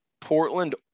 Portland